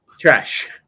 Trash